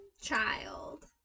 child